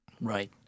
Right